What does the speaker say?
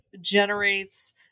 generates